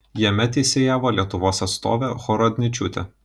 jame teisėjavo lietuvos atstovė horodničiūtė